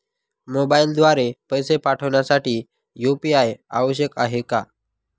मोबाईलद्वारे पैसे पाठवण्यासाठी यू.पी.आय आवश्यक आहे का?